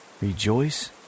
rejoice